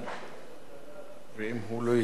ואם הוא לא יהיה, אחריו,